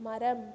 மரம்